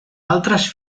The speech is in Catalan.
altres